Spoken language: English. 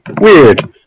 weird